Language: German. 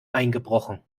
eingebrochen